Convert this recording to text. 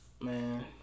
Man